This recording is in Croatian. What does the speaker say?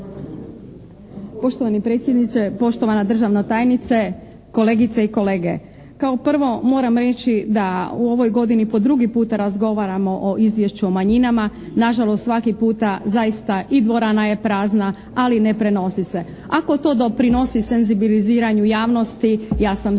Poštovani predsjedniče, poštovana državna tajnice, kolegice i kolege. Kao prvo moram reći da u ovoj godini po drugi puta razgovaramo o Izvješću o manjinama. Nažalost svaki puta zaista i dvorana je prazna ali ne prenosi se. Ako to doprinosi senzibiliziranju javnosti ja sam za